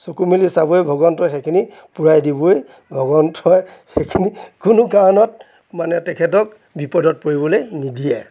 চকু মেলি চাবই ভগৱন্তই সেইখিনি পূৰাই দিবই ভগৱন্তই সেইখিনি কোনো কাৰণত মানে তেখেতক বিপদত পৰিবলৈ নিদিয়ে